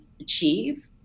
achieve